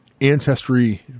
ancestry